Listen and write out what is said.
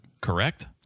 correct